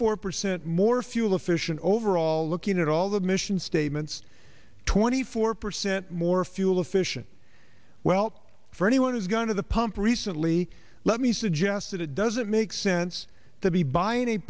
four percent more fuel efficient overall looking at all the mission statements twenty four percent more fuel efficient well for anyone is going to the pump recently let me suggest that it doesn't make sense to be buying a